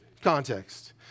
context